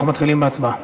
אנחנו מתחילים בהצבעה.